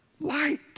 Light